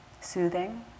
soothing